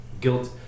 guilt